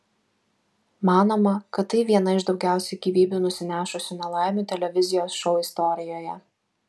manoma kad tai viena iš daugiausiai gyvybių nusinešusių nelaimių televizijos šou istorijoje